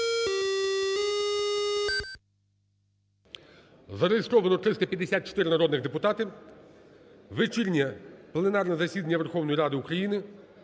Зареєстровано 354 народних депутати. Вечірнє пленарне засідання Верховної Ради України